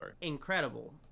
incredible